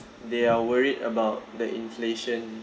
they are worried about the inflation